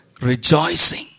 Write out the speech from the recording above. Rejoicing